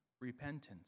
repentance